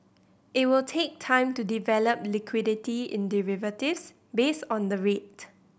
it will take time to develop liquidity in derivatives based on the rate